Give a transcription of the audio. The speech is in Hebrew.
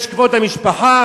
יש כבוד המשפחה,